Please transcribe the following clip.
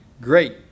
great